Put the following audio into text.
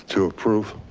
to approve.